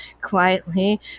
quietly